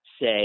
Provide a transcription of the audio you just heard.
say